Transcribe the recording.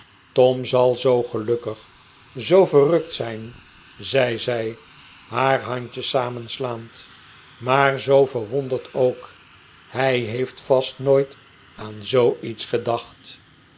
tom zal zoo gelukkig zoo verrukt zijn zei zij haar handjes samenslaand maar zoo verwonderd ook hij heeft vast nooit aan zooiets gedacht